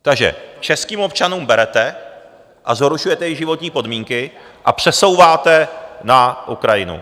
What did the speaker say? Takže českým občanům berete a zhoršujete jejich životní podmínky a přesouváte na Ukrajinu.